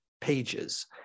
pages